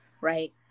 right